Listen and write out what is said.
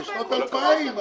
בשנות האלפיים.